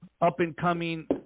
up-and-coming